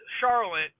Charlotte